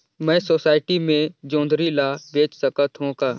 मैं सोसायटी मे जोंदरी ला बेच सकत हो का?